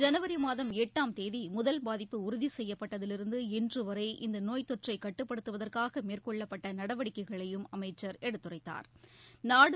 ஜனவரி மாதம் எட்டாம் தேதி முதல் பாதிப்பு உறுதி செப்யப்பட்டதிலிருந்து இன்று வரை இந்த நோய் தொற்றை கட்டுப்படுத்தவதற்காக மேற்கொள்ளப்பட்ட நடவடிக்கைகளையும் அமைச்சள் எடுத்துரைத்தாா்